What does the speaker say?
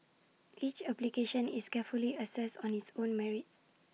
each application is carefully assessed on its own merits